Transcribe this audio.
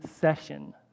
session